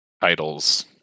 titles